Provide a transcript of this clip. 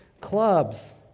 clubs